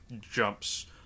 jumps